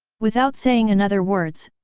without saying another words,